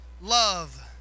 Love